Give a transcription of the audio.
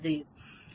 9 x 0